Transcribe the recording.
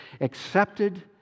accepted